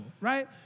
right